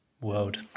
world